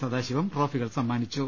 സദാശിവം ട്രോഫികൾ സമ്മാനിച്ചു